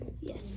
Yes